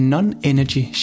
Non-Energy